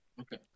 Okay